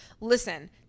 listen